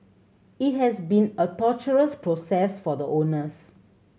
it has been a torturous process for the owners